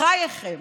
בחייכם,